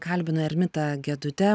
kalbinu ermitą gedutę